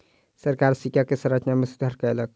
सरकार सिक्का के संरचना में सुधार कयलक